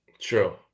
true